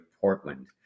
Portland